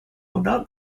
not